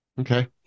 Okay